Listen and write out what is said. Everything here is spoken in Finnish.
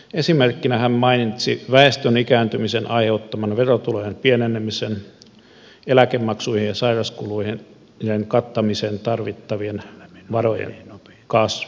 esimerkkinä hän mainitsi väestön ikääntymisen aiheuttaman verotulojen pienenemisen eläkemaksujen ja sairauskulujen kattamiseen tarvittavien varojen kasvun